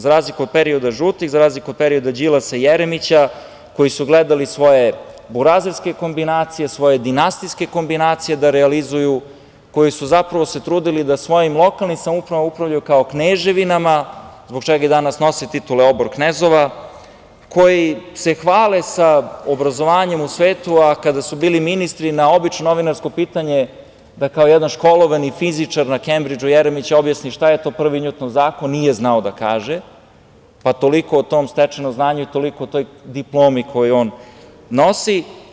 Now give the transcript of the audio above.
Za razliku od perioda žutih, za razliku od perioda Đilasa i Jeremića koji su gledali svoje burazerske kombinacije, svoje dinastijske kombinacije da realizuju, koji su se trudili da svojim lokalnim samoupravama upravljaju kao kneževinama, zbog čega i danas nose titule obor-knezova, koji se hvale sa obrazovanjem u svetu, a kada su bili ministri na obično novinarsko pitanje da, kao jedan školovani fizičar na Kembridžu, Jeremić objasni šta je to I Njutnov zakon nije znao da kaže, pa toliko o tom stečenom znanju i toliko o toj diplomi koju on nosi.